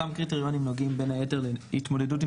אותם קריטריונים נוגעים בין היתר להתמודדות עם